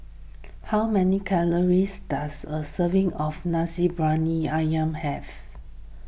how many calories does a serving of Nasi Briyani Ayam have